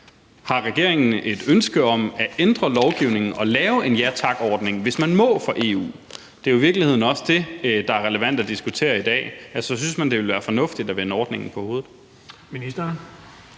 Har regeringen et ønske om at ændre lovgivningen og lave en ja tak-ordning, hvis man må for EU? Det er jo i virkeligheden også det, der er relevant at diskutere i dag. Altså, synes man, det ville være fornuftigt at vende ordningen på hovedet?